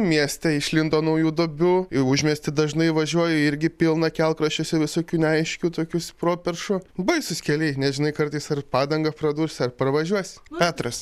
mieste išlindo naujų duobių į užmiestį dažnai važiuoju irgi pilna kelkraščiuose visokių neaiškių tokių properšų baisūs keliai nežinai kartais ar padangą pradursi ar pravažiuosi petras